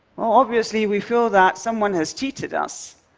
well, obviously, we feel that someone has cheated us,